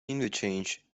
interchange